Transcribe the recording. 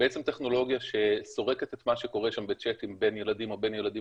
בעצם טכנולוגיה שסורקת את מה שקורה שם בצ'טים בין ילדים או בין ילדים